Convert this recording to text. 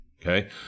Okay